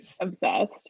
Obsessed